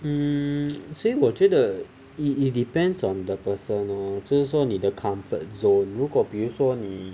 um 所以我觉得 it it depends on the person lor 就是说你的 comfort zone 如果比如说你